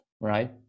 right